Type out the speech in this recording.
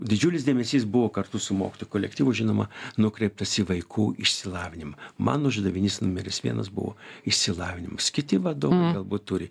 didžiulis dėmesys buvo kartu su mokytojų kolektyvu žinoma nukreiptas į vaikų išsilavinimą man uždavinys numeris vienas buvo išsilavinimas kiti vadovai galbūt turi